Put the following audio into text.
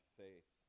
faith